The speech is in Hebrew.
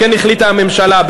כן החליטה הממשלה,